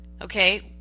okay